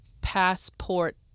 passport